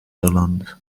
irland